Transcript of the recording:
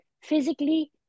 physically